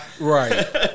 Right